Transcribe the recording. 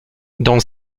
dans